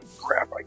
crap